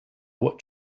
what